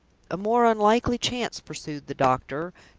a more unlikely chance, pursued the doctor,